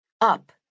up